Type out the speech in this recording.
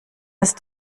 ist